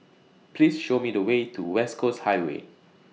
Please Show Me The Way to West Coast Highway